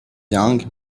young